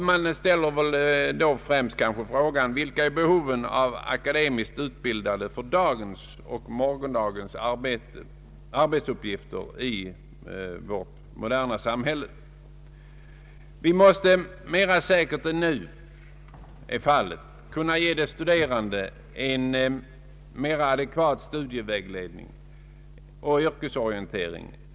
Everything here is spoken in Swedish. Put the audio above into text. Man ställer i detta sammanhang kanske främst frågan: Vilka behov av akademiskt utbildade personer finns för dagens och morgondagens arbetsuppgifter i vårt moderna samhälle? Vi måste, mera säkert än nu, kunna ge de studerande en adekvat studievägledning och yrkesorientering.